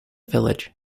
village